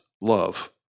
love